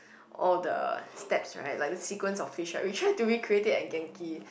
all the steps right like the sequences of fish right we tried to do it creative at Genki